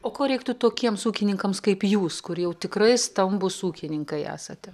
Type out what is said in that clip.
o ko reiktų tokiems ūkininkams kaip jūs kurie tikrai stambūs ūkininkai esate